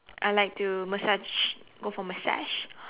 I like to massage go for massage